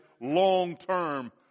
long-term